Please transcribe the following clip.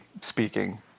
speaking